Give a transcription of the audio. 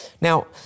Now